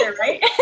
right